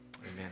Amen